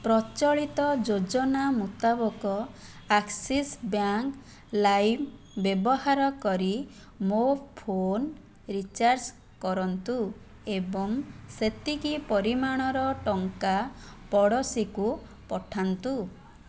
ପ୍ରଚଳିତ ଯୋଜନା ମୁତାବକ ଆକ୍ସିସ୍ ବ୍ୟାଙ୍କ୍ ଲାଇମ୍ ବ୍ୟବହାର କରି ମୋ ଫୋନ୍ ରିଚାର୍ଜ୍ କରନ୍ତୁ ଏବଂ ସେତିକି ପରିମାଣର ଟଙ୍କା ପଡ଼ୋଶୀକୁ ପଠାନ୍ତୁ